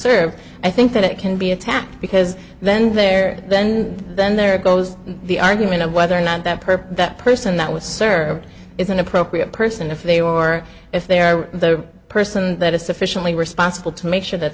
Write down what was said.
served i think that it can be attacked because then there then then there goes the argument of whether or not that perp that person that was served is an appropriate person if they or if they are the person that is sufficiently responsible to make sure that